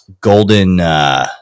Golden